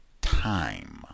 time